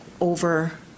over